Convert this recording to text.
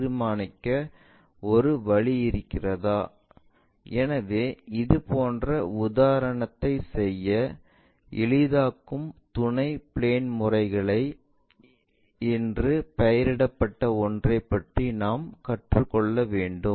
எனவே இதுபோன்ற உதாரணத்தைச் செய்ய எளிதாக்கும் துணை பிளேன் முறைகள் என்று பெயரிடப்பட்ட ஒன்றைப் பற்றி நாம் கற்றுக்கொள்ள வேண்டும்